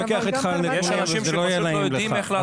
יש אנשים שפשוט לא יודעים איך לעשות את זה.